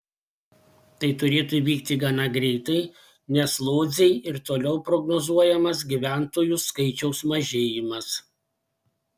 tai turėtų įvykti gana greitai nes lodzei ir toliau prognozuojamas gyventojų skaičiaus mažėjimas